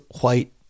white